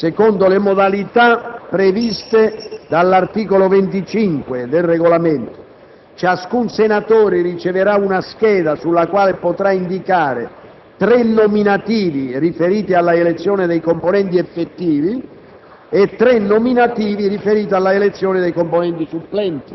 La votazione a scrutinio segreto avrà luogo per schede, secondo le modalità previste dall'articolo 25, comma 1, del Regolamento. Ciascun senatore riceverà una scheda sulla quale potrà indicare tre nominativi riferiti alla elezione dei componenti effettivi